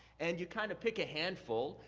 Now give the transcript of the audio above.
and you kind of pick a handful,